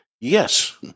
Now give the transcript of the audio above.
Yes